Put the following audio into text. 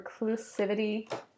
reclusivity